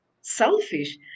selfish